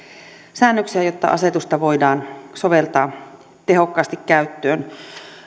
säännöksiä jotta asetusta voidaan soveltaa tehokkaasti käyttöön